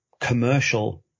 commercial